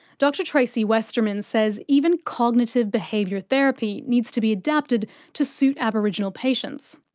dr tracy westerman says even cognitive behaviour therapy needs to be adapted to suit aboriginal patients.